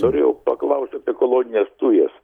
norėjau paklaust apie kolonines tujas